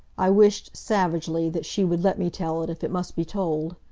i wished, savagely, that she would let me tell it, if it must be told.